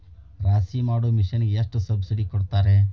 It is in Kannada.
ರಾಶಿ ಮಾಡು ಮಿಷನ್ ಗೆ ಎಷ್ಟು ಸಬ್ಸಿಡಿ ಕೊಡ್ತಾರೆ?